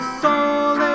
soul